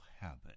habit